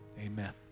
Amen